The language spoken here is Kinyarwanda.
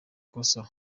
kosa